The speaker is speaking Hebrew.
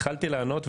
התחלתי לענות,